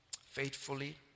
faithfully